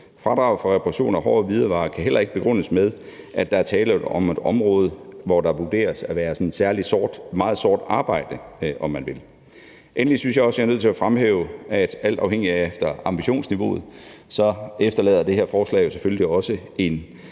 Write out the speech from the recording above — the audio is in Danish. Fradrag for reparationer af hårde hvidevarer kan heller ikke begrundes med, at der er tale om et område, hvor der vurderes at være særlig meget sort arbejde. Endelig synes jeg også, at jeg er nødt til at fremhæve, at det her forslag alt afhængigt af ambitionsniveauet selvfølgelig også